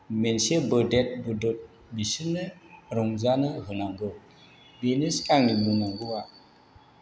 मोनसे बोदेर बोदार बिसोरनो रंजानो होनांगौ बेनोसै आंनि बुंनांगौआ